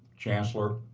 chancellor,